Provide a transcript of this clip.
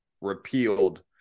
repealed